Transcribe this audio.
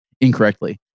incorrectly